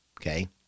okay